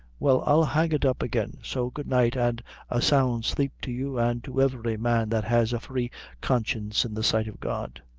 well i'll hang it up again so good night, an' a sound sleep to you, an' to every man that has a free conscience in the sight of god!